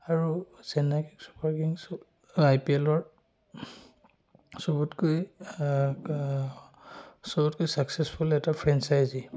আৰু Chennai super kings I P এলৰ চবতকৈ চবতকৈ ছাকচেছফুল এটা ফ্ৰেনচাইজি